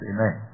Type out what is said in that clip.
Amen